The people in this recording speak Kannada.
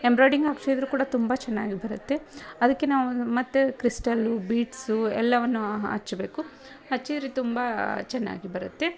ಎಂಬ್ರಾಡಿಂಗ್ ಹಾಕ್ಸಿದ್ರು ಕೂಡ ತುಂಬ ಚೆನ್ನಾಗಿ ಬರುತ್ತೆ ಅದಕ್ಕೆ ನಾವು ಮತ್ತೆ ಕ್ರಿಸ್ಟಲ್ಲು ಬೀಡ್ಸು ಎಲ್ಲವನ್ನು ಹಚ್ಚಬೇಕು ಹಚ್ಚಿದ್ರೆ ತುಂಬ ಚೆನ್ನಾಗಿ ಬರುತ್ತೆ